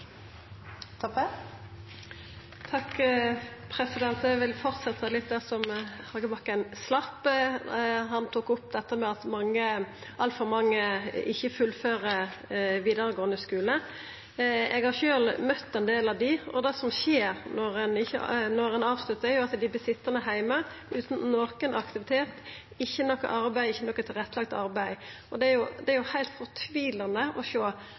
Eg vil fortsetja litt der Hagebakken slapp. Han tok opp dette med at altfor mange ikkje fullfører vidaregåande skule. Eg har sjølv møtt ein del av dei, og det som skjer når ein sluttar, er at ein vert sitjande heime utan nokon aktivitet, ikkje noko arbeid, ikkje noko tilrettelagt arbeid. Det er heilt fortvilande å sjå. Éin ting er